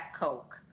Coke